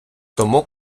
тому